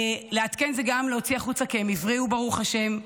לעדכן זה גם להוציא החוצה כי הם הבריאו, ברוך השם.